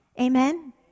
Amen